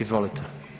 Izvolite.